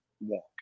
walk